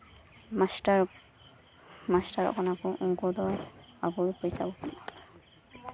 master ᱢᱟᱥᱴᱟᱨᱚᱜ ᱠᱟᱱᱟ ᱠᱚ ᱩᱱᱠᱩ ᱫᱚ ᱟᱠᱚᱛᱮ ᱯᱚᱭᱥᱟ ᱠᱚ ᱠᱟᱢᱟᱣ ᱫᱟ